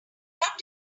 what